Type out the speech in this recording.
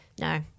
No